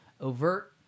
overt